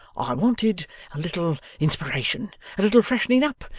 i wanted a little inspiration, a little freshening up,